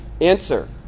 Answer